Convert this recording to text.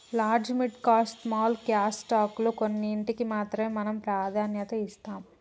large mid cap small cap stock లో కొన్నింటికీ మాత్రమే మనం ప్రాధాన్యత ఇస్తాం